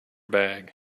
bag